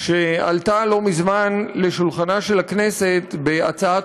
שעלתה לא מזמן על שולחנה של הכנסת בהצעת